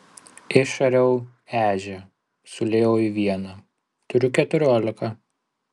išariau ežią suliejau į vieną turiu keturiolika